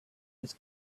his